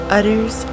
Utters